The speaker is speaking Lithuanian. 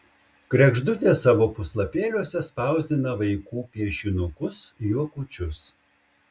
kregždutė savo puslapėliuose spausdina vaikų piešinukus juokučius